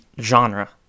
Genre